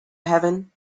heaven